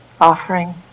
offering